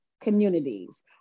communities